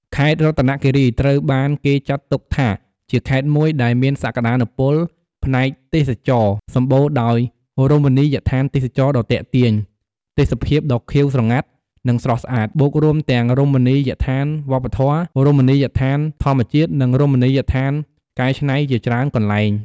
ខេត្តរតនគិរី ត្រូវបានគេចាត់ទុកថា ជាខេត្តមួយដែលមានសក្ដានុពលផ្នែកទេសចរណ៍ សម្បូរដោយរមណីយដ្ឋានទេសចរណ៍ដ៏ទាក់ទាញ ទេសភាពដ៏ខៀវស្រងាត់ និងស្រស់ស្អាត បូករួមទាំងរមណីយដ្ឋានវប្បធម៌ រមណីយដ្ឋានធម្មជាតិ និងរមណីយដ្ឋានកែច្នៃជាច្រើនកន្លែង។